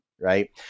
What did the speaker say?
right